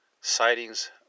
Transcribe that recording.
sightings